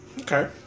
okay